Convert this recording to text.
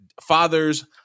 fathers